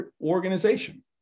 organization